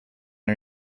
her